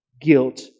guilt